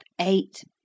eight